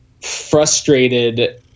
frustrated